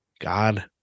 God